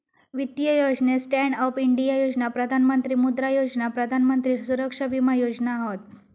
वित्तीय योजनेत stand up India योजना, प्रधान मंत्री मुद्रा योजना, प्रधान मंत्री सुरक्षा विमा योजना हत